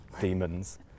demons